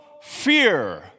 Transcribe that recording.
fear